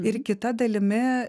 ir kita dalimi